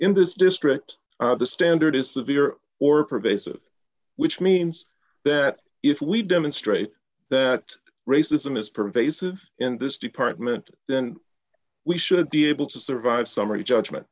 in this district the standard is severe or pervasive which means that if we demonstrate that racism is pervasive in this department then we should be able to survive summary judgment